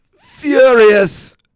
furious